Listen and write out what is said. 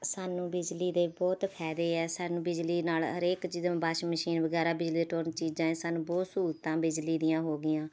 ਸਾਨੂੰ ਬਿਜਲੀ ਦੇ ਬਹੁਤ ਫਾਇਦੇ ਹੈ ਸਾਨੂੰ ਬਿਜਲੀ ਨਾਲ ਹਰੇਕ ਚੀਜ਼ ਵਾਸ਼ਿੰਗ ਮਸ਼ੀਨ ਵਗੈਰਾ ਚੀਜ਼ਾਂ ਹੈ ਸਾਨੂੰ ਬਹੁਤ ਸਹੂਲਤਾਂ ਬਿਜਲੀ ਦੀਆਂ ਹੋ ਗਈਆਂ